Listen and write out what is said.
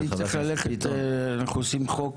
צריך לראות איך עושים חוק,